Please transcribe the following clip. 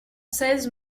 seize